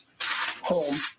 home